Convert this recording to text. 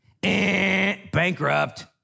Bankrupt